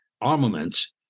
armaments